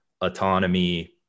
autonomy